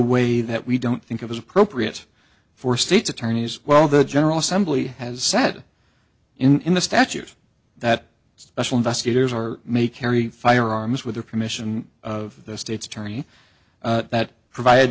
way that we don't think of as appropriate for state's attorneys well the general assembly has said in the statute that special investigators or may carry firearms with the permission of the state's attorney that provided